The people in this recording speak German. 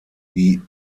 die